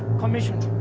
commissioner.